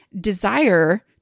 desire